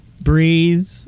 Breathe